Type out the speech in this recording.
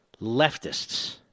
leftists